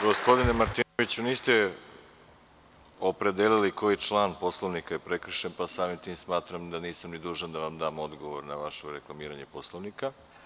Gospodine Martinoviću, niste opredelili koji član Poslovnika je prekršen, pa samim tim smatram da nisam ni dužan da vam dam odgovor na vaše reklamiranje Poslovnika.